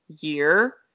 year